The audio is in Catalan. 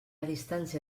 distància